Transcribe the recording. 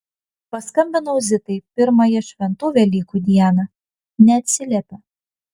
paskambinau zitai pirmąją šventų velykų dieną neatsiliepia